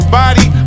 body